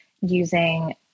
using